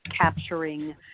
capturing